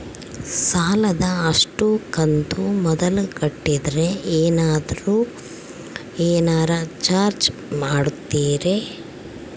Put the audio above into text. ಸಾಲದ ಅಷ್ಟು ಕಂತು ಮೊದಲ ಕಟ್ಟಿದ್ರ ಏನಾದರೂ ಏನರ ಚಾರ್ಜ್ ಮಾಡುತ್ತೇರಿ?